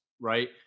right